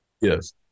Yes